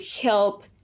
help